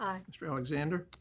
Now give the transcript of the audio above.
mr. alexander.